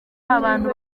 abantu